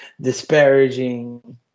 disparaging